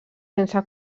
sense